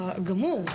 אתה גמור,